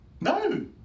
No